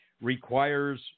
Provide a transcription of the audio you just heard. requires